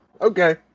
okay